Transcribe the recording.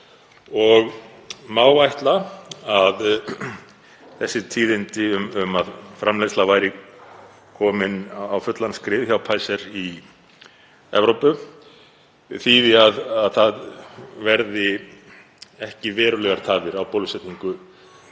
Má ætla að þessi tíðindi um að framleiðsla sé komin á fullan skrið hjá Pfizer í Evrópu þýði að ekki verði verulegar tafir á bólusetningu